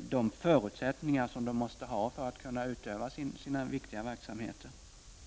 de förutsättningar de måste ha för kunna utöva sina viktiga verksamheter.